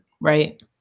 right